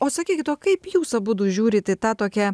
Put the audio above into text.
o sakykit o kaip jūs abudu žiūrit į tą tokią